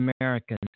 Americans